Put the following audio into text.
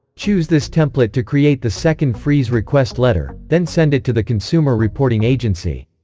choose this template to create the second freeze request letter, then send it to the consumer reporting agency.